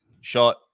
shot